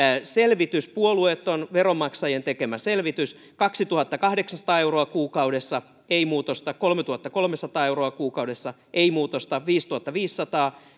selvitys puolueeton veronmaksajien tekemä selvitys kaksituhattakahdeksansataa euroa kuukaudessa ei muutosta kolmetuhattakolmesataa euroa kuukaudessa ei muutosta viisituhattaviisisataa